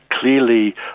Clearly